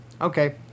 okay